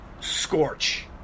Scorch